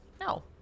No